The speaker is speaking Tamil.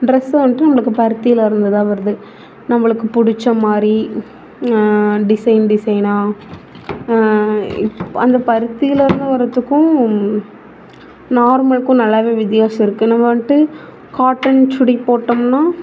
ட்ரெஸ்ஸு வந்துட்டு நம்மளுக்கு பருத்திலேருந்து தான் வருது நம்மளுக்கு பிடிச்ச மாதிரி டிசைன் டிசைனாக அந்த பருத்திலேருந்து வர்றதுக்கும் நார்மலுக்கும் நல்லா வித்தியாசம் இருக்குது நம்ம வந்துட்டு காட்டன் சுடி போட்டோம்னா